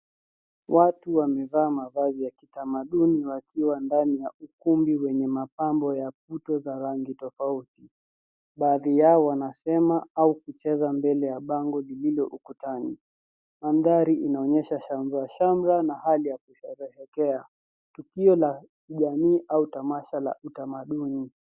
Watu wamevaa mavazi ya kitamaduni wakiwa ndani ya ukumbi wenye mapambo ya kuto za rangi tofauti. Baadhi yao wanasema au kucheza mbele ya bango lililo ukutani. Mandhari inaonyesha shamrashamra na hali ya kusherehekea tukio la jamii au tamasha la utamaduni.